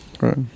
Right